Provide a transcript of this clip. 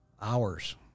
hours